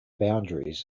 boundaries